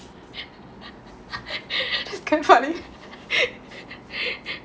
quite funny